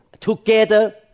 together